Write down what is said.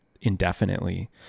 indefinitely